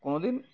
কোনোদিন